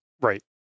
Right